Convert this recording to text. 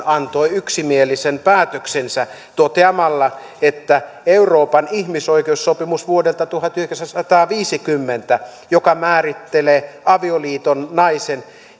antoi yksimielisen päätöksensä toteamalla että euroopan ihmisoikeussopimus vuodelta tuhatyhdeksänsataaviisikymmentä joka määrittelee avioliiton naisen